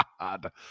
god